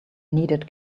needed